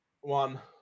one